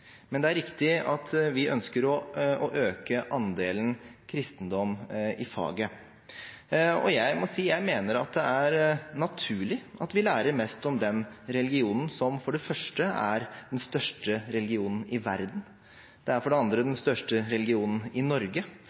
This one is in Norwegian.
men det er riktig at vi ønsker å øke andelen kristendom i faget. Jeg mener at det er naturlig at vi lærer mest om den religionen som for det første er den største religionen i verden. Det er for det andre den største religionen i Norge,